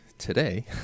today